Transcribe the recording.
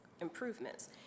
improvements